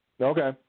Okay